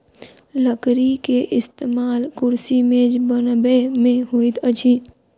लकड़ी के इस्तेमाल कुर्सी मेज बनबै में होइत अछि